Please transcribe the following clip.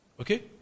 Okay